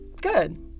Good